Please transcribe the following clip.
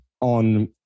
on